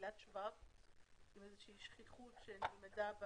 נפילת שבב עם איזו שהיא שכיחות ש- -- בלשכות,